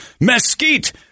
mesquite